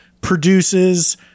produces